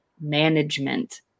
management